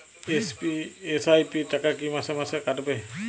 SIP র টাকা কী মাসে মাসে কাটবে?